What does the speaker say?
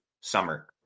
summer